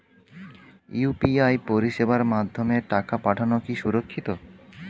UPI পরিষেবার মাধ্যমে টাকা পাঠানো কি সুরক্ষিত?